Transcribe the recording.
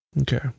okay